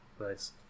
Nice